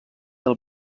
del